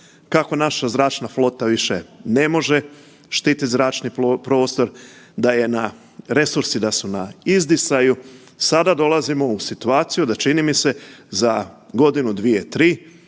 kako naša zračna flota više ne može štititi zračni prostor, da je na, resursi da su na izdisaju. Sada dolazimo u situaciju da čini mi se za godinu, dvije, tri,